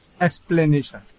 explanation